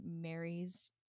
marries